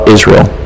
Israel